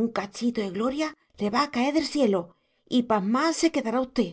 un cachito e gloria le va a caer der sielo y pasmáa se quedará usté